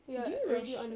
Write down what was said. did you rush